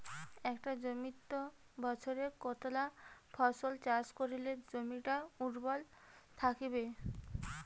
একটা জমিত বছরে কতলা ফসল চাষ করিলে জমিটা উর্বর থাকিবে?